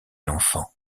enfant